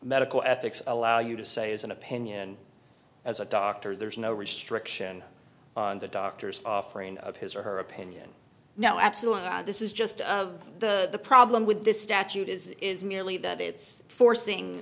medical ethics allow you to say as an opinion as a doctor there is no restriction on the doctors offering of his or her opinion no absolutely this is just of the problem with this statute is is merely that it's forcing